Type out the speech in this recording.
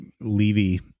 Levy